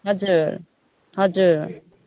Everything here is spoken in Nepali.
हजुर हजुर